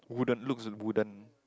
wooden looks wooden